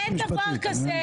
אין דבר כזה.